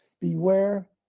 beware